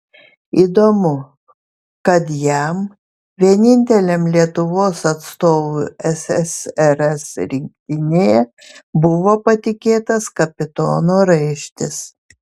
įdomu kad jam vieninteliam lietuvos atstovui ssrs rinktinėje buvo patikėtas kapitono raištis